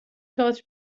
تئاتر